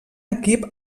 equip